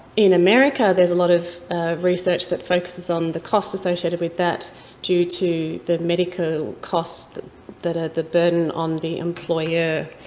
in america there's a lot of research that focuses on the cost associated with that due to the medical costs that are the burden on the employer.